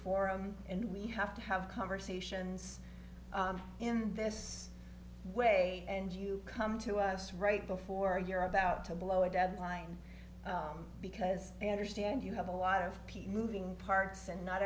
forum and we have to have conversations in this way and you come to us right before you're about to blow a deadline because i understand you have a lot of people moving parts and not